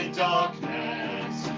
darkness